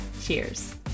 cheers